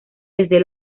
desde